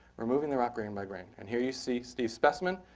removing the rock grain by grain. and here you see steve's specimen.